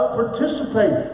participate